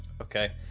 okay